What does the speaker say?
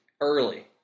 Early